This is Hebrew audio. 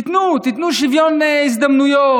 תיתנו, תיתנו שוויון הזדמנויות.